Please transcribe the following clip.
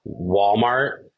Walmart